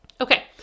Okay